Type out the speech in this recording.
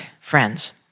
friends